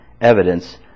evidence